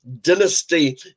dynasty